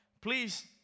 please